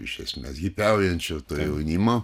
iš esmės hipiaujančio to jaunimo